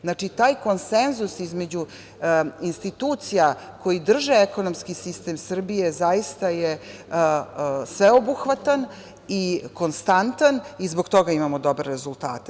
Znači, taj konsenzus između institucija koji drže ekonomski sistem Srbije je zaista sveobuhvatan i konstantan i zbog toga imamo dobre rezultate.